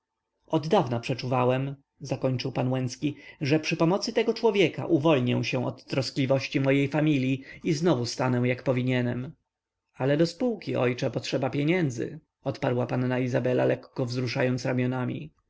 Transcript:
zapał oddawna przeczuwałem zakończył pan łęcki że przy pomocy tego człowieka uwolnię się od troskliwości mojej familii i znowu stanę jak powinienem ale do spółki ojcze potrzeba pieniędzy odparła panna izabela lekko wzruszając